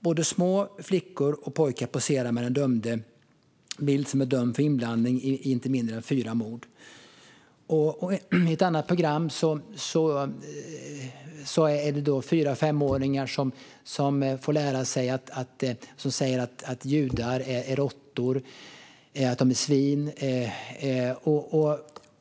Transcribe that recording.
Både små flickor och pojkar poserar med en person som är dömd för inblandning i inte mindre än fyra mord. I ett annat program är det fyra och femåringar som säger att judar är råttor och svin.